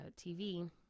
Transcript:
TV